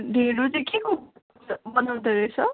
ढिँडो चाहिँ केको बनाउँदो रहेछ